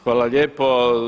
Hvala lijepo.